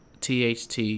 THT